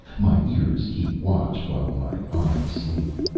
my ears keep watch while my eyes sleep.